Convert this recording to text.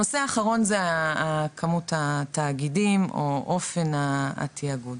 הנושא האחרון זה כמות התאגידים או אופן התאגוד,